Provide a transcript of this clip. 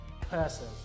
Person